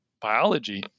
biology